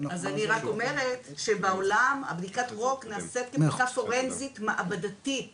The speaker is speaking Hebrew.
אז אני רק אומרת שבעולם בדיקת הרוק נעשית כבדיקה פורנזית מעבדתית